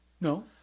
No